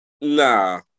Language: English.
nah